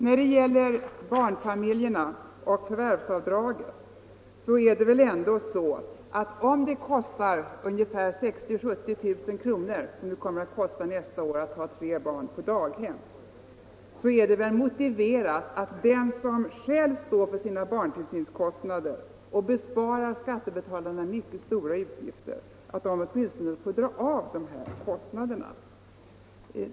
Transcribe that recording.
När det gäller barnfamiljerna och förvärvsavdraget är det väl — om det kostar 60 000-70 000 kr., som det kommer att kosta nästa år, att ha tre barn på daghem — motiverat att den som själv står för sina barntillsynskostnader och besparar skattebetalarna mycket stora utgifter åtminstone får dra av dessa kostnader.